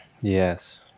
Yes